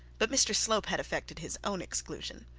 but mr slope had effected his own exclusion,